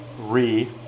re